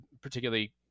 particularly